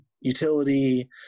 utility